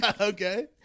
Okay